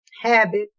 habit